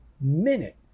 minute